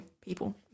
people